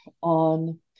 on